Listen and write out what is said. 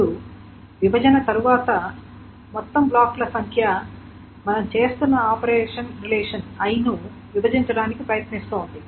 ఇప్పుడు విభజన తరువాత మొత్తం బ్లాకుల సంఖ్య మనం చేస్తున్న ఆపరేషన్ రిలేషన్ i ను విభజించటానికి ప్రయత్నిస్తోంది